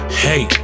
hey